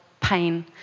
pain